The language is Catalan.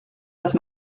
les